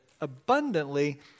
abundantly